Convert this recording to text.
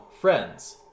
friends